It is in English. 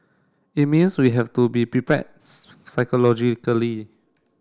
it means we have to be prepared psychologically